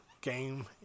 game